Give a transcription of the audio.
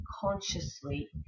consciously